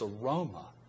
aroma